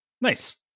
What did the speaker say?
Nice